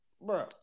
bro